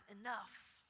enough